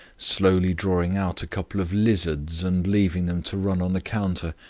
slowly drawing out a couple of lizards and leaving them to run on the counter,